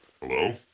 Hello